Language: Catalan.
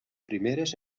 primeres